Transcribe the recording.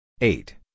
eight